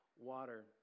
water